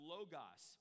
Logos